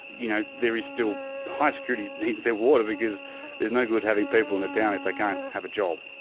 you know, there is still high security needs their water because there's no good having people on a town if they can't have a job.